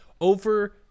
Over